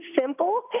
simple